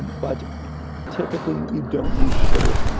but typically, you don't need sugar